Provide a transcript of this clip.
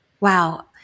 Wow